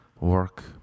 work